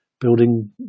building